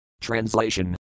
Translation